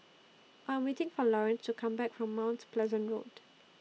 I Am waiting For Lawrence to Come Back from Mount Pleasant Road